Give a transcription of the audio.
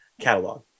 catalog